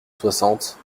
soixante